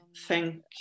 thank